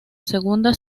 segunda